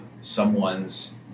someone's